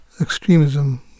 extremism